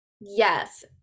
Yes